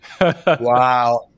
Wow